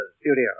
Studio